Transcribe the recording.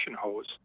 hose